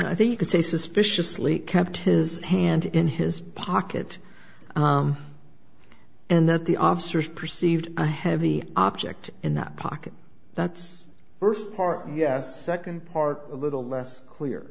i think you could say suspiciously kept his hand in his pocket and that the officers perceived a heavy object in the pocket that's first part yes second part a little less clear